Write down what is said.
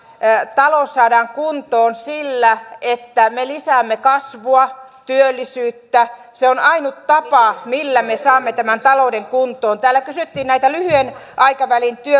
talous saadaan kuntoon sillä että me lisäämme kasvua ja työllisyyttä se on ainut tapa millä me saamme tämän talouden kuntoon täällä kysyttiin näistä lyhyen aikavälin